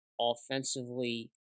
offensively